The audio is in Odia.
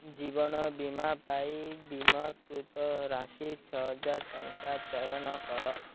ଜୀବନ ବୀମା ପାଇଁ ବୀମାକୃତ ରାଶି ଛଅହଜାର ଟଙ୍କା ଚୟନ କର